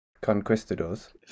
Conquistadors